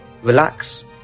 relax